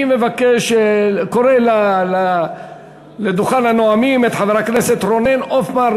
אני קורא לדוכן הנואמים את חבר הכנסת רונן הופמן,